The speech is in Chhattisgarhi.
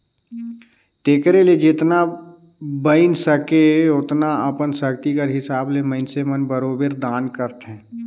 तेकरे ले जेतना बइन सके ओतना अपन सक्ति कर हिसाब ले मइनसे मन बरोबेर दान करथे